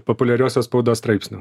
populiariosios spaudos straipsnių